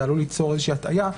זה עלול ליצור איזושהי הטעייה,